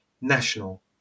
national